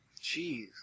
Jeez